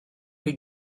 chi